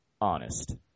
Honest